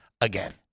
again